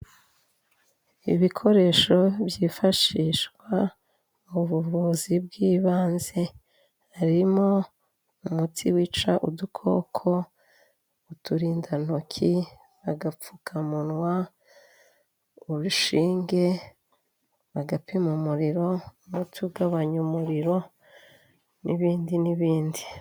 Ibikoresho byifashishwa mu buvuzi bw'ibanze, harimo umuti wica udukoko, uturindantoki, abagapfukamunwa, urushinge, agapima umuriro, n'utugabanya umuriro n'ibindi n'ibindi.